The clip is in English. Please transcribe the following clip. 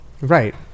Right